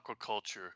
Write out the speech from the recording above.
aquaculture